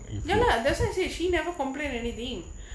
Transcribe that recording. ya lah that's why I said she never complained anything